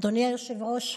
אדוני היושב-ראש,